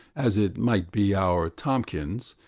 as it might be our tomkins,